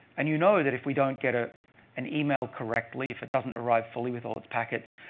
and you know that if we don't get ah an email correctly, if it doesn't arrive fully with all its packets,